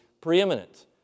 preeminent